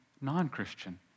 non-Christian